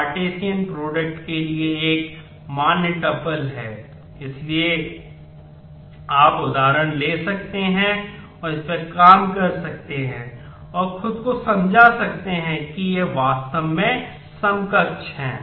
इसलिए आप उदाहरण ले सकते हैं और इस पर काम कर सकते हैं और खुद को समझा सकते हैं कि ये वास्तव में समकक्ष हैं